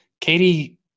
Katie